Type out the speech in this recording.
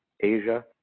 Asia